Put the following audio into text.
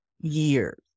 years